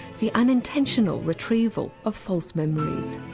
the unintentional retrieval of false memories.